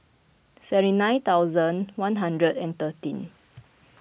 seven nine thousand one hundred and thirteen